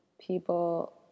people